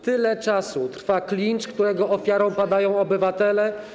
Tyle czasu trwa klincz, którego ofiarą padają obywatele.